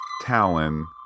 Talon